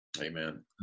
Amen